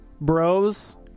bros